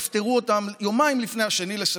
יפתרו אותם יומיים לפני 1 לספטמבר,